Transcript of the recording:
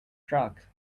truck